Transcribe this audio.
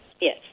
Yes